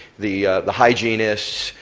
the the hygienists,